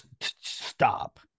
stop